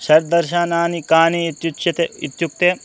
षड्दर्शनानि कानि इत्युच्यते इत्युक्ते